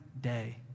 day